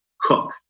cook